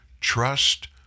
trust